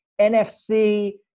NFC